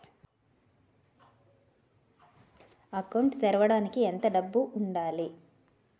Account తెరవడానికి ఎంత డబ్బు ఉండాలి?